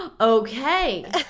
Okay